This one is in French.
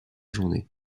journée